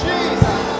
Jesus